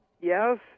yes